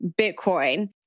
Bitcoin